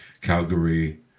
Calgary